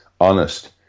honest